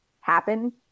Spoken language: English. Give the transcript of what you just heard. happen